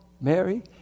Mary